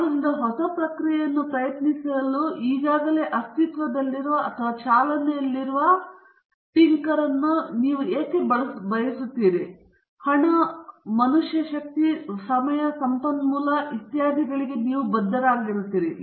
ಆದ್ದರಿಂದ ಹೊಸ ಪ್ರಕ್ರಿಯೆಯನ್ನು ಪ್ರಯತ್ನಿಸಲು ಈಗಾಗಲೇ ಅಸ್ತಿತ್ವದಲ್ಲಿರುವ ಅಥವಾ ಚಾಲನೆಯಲ್ಲಿರುವ ಮತ್ತು ಯಶಸ್ವಿಯಾಗಿ ಪ್ರಕ್ರಿಯೆಯೊಂದಿಗೆ ಟಿಂಕರ್ ಅನ್ನು ಏಕೆ ನೀವು ಬಯಸುತ್ತೀರಿ ಮತ್ತು ಹಣವನ್ನು ಮನುಷ್ಯ ಶಕ್ತಿ ಸಮಯ ಸಂಪನ್ಮೂಲಗಳು ಇತ್ಯಾದಿಗಳಿಗೆ ಬದ್ಧರಾಗುತ್ತಾರೆ